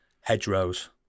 hedgerows